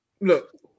Look